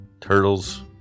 turtles